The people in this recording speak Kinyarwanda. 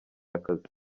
akazi